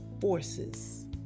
forces